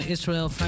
Israel